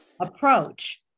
approach